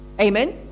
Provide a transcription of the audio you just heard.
Amen